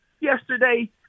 yesterday